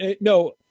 no